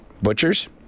Butchers